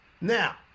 Now